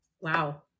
Wow